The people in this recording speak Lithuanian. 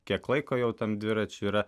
kiek laiko jau tam dviračių yra